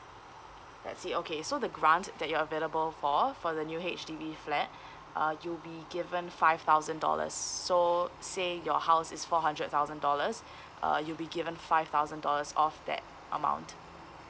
let's see okay so the grant that you're available for for the new H_D_B flat uh you'll be given five thousand dollars so say your house is four hundred thousand dollars uh you'll be given five thousand dollars off that amount